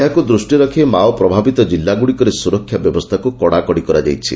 ଏହାକୁ ଦୃଷ୍ଟିରେ ରଖ୍ ମାଓପ୍ରଭାବିତ ଜିଲ୍ଲ ଗୁଡ଼ିକରେ ସୁରକ୍ଷା ବ୍ୟବସ୍ଚାକୁ କଡାକଡି କରାଯାଇଛି